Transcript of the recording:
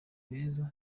beza